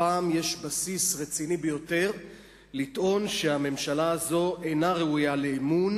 הפעם יש בסיס רציני ביותר לטעון שהממשלה הזו אינה ראויה לאמון,